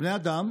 בני אדם